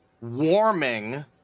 warming